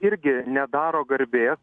irgi nedaro garbės